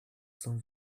cent